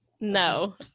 No